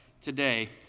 today